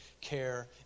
care